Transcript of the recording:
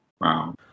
Wow